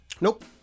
Nope